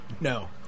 No